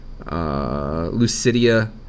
Lucidia